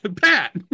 Pat